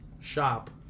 shop